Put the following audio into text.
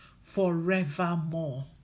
forevermore